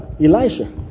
Elijah